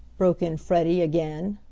broke in freddie again.